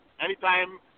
Anytime